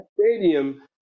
stadium